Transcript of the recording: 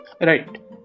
Right